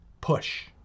push